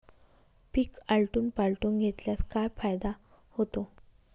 पीक आलटून पालटून घेतल्यास काय फायदा होतो?